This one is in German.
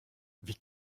wie